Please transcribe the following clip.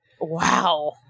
Wow